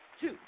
two